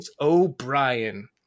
O'Brien